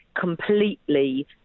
completely